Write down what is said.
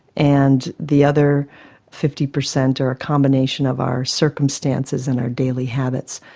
and the other fifty percent are a combination of our circumstances and our daily habits.